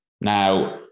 Now